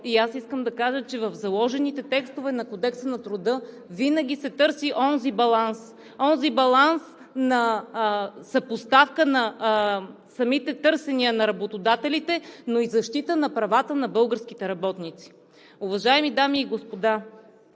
и аз искам да кажа, че в заложените текстове на Кодекса на труда винаги се търси онзи баланс, онзи баланс на съпоставка на самите търсения на работодателите, но и защита на правата на българските работници. Уважаеми дами и господа!